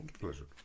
Pleasure